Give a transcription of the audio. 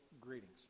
greetings